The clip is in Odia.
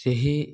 ସେହି